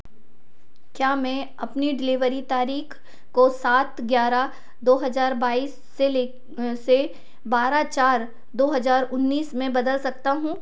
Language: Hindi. क्या मैं अपनी डिलीवरी तारीख को सात ग्यारह दो हज़ार बाईस से लेकर से बारह चार दो हज़ार उन्नीस में बदल सकता हूँ